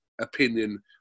opinion